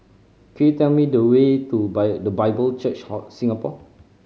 could you tell me the way to The Bible Church Singapore